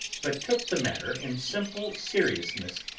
but took the matter in simple seriousness.